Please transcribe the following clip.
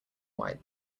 white